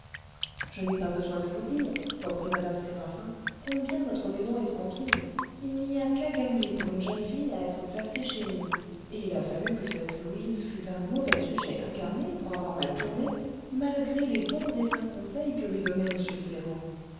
je n'ai pas besoin de vous dire reprit mme séraphin combien notre maison est tranquille il n'y a qu'à gagner pour une jeune fille à être placée chez nous et il a fallu que cette louise fût un mauvais sujet incarné pour avoir mal tourné malgré les bons et saints conseils que lui donnait m ferrand